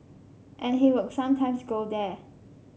and he would sometimes go there